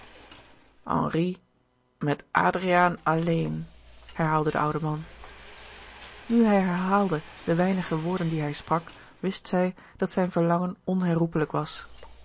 henri met adriaan alleen herhaalde de oude man nu hij herhaalde de weinige woorden die hij sprak wist zij dat zijn verlangen onherroepelijk was